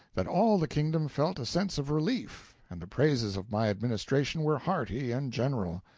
that all the kingdom felt a sense of relief, and the praises of my administration were hearty and general.